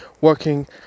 working